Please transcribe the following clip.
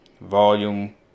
volume